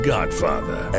Godfather